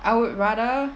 I would rather